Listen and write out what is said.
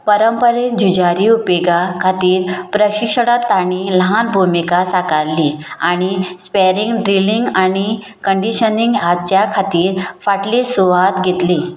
परंपरेन जुजारी उपेगा खातीर प्रशिशणात तांणी ल्हान भुमिका साकारली आनी स्पॅरींग ड्रिलींग आनी कंडीशनींग हाच्या खातीर फाटली सुवात घेतली